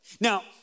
Now